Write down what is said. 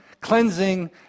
Cleansing